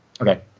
Okay